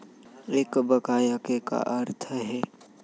एक बकाया के का अर्थ हे?